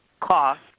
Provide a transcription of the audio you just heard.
cost